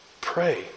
Pray